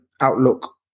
outlook